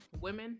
Women